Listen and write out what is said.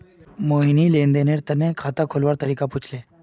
मोहिनी लेन देनेर तने खाता खोलवार तरीका पूछले